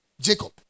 Jacob